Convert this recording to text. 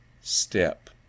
step